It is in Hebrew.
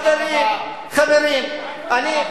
חברים, אני,